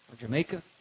Jamaica